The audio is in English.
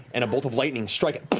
and a bolt of lightning strike.